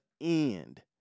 end